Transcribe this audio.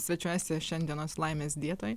svečiuojasi šiandienos laimės dietoj